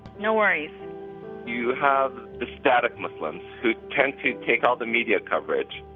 no worries you have the static muslims who tend to take all the media coverage.